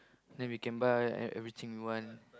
then we can buy ah e~ e~ everything we want